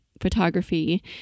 photography